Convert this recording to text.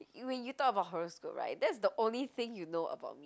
when you talk about horoscope right that's the only thing you know about me